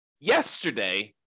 yesterday